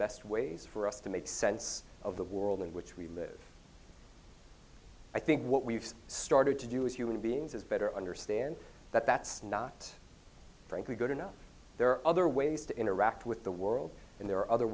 best ways for us to make sense of the world in which we live i think what we've started to do as human beings is better understand that that's not frankly good enough there are other ways to interact with the world and there are other